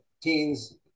teens